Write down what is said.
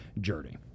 journey